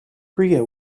priya